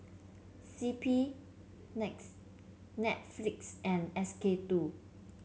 C P next Netflix and S K two